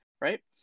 right